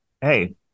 hey